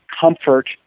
comfort